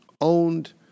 owned